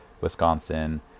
Wisconsin